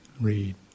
read